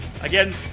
Again